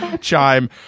chime